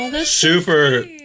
super